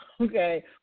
Okay